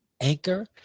Anchor